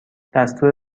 دستور